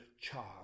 child